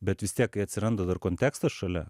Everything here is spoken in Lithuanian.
bet vis tiek kai atsiranda dar kontekstas šalia